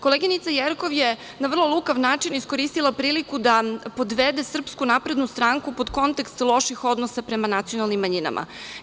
Koleginica Jerkov je na vrlo lukav način iskoristila priliku da podvede SNS pod kontekst loših odnosa prema nacionalnim manjinama.